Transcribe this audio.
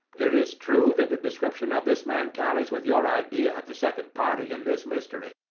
it is true that the description of this man tallies with your idea of the second party in this mystery.